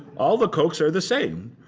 all the cokes are the same.